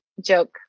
joke